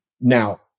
Now